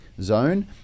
zone